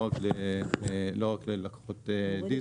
לא רק ללקוחות דיסקונט.